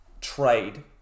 trade